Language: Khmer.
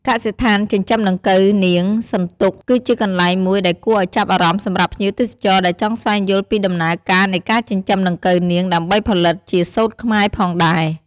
កសិដ្ឋានចិញ្ចឹមដង្កូវនាងសន្ទុក គឺជាកន្លែងមួយដែលគួរឲ្យចាប់អារម្មណ៍សម្រាប់ភ្ញៀវទេសចរដែលចង់ស្វែងយល់ពីដំណើរការនៃការចិញ្ចឹមដង្កូវនាងដើម្បីផលិតជាសូត្រខ្មែរផងដែរ។